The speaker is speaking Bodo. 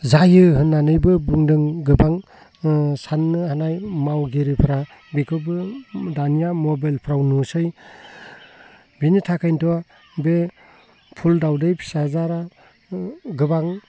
जायो होननानैबो बुंदों गोबां साननो हानाय मावगिरिफोरा बेखौबो दानिया मबाइलफ्राव नुसै बिनि थाखायनोथ' बे फुल दावदै फिसा जाथआ गोबां